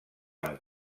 amb